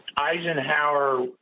Eisenhower